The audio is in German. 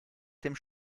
einem